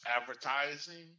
advertising